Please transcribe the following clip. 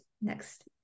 next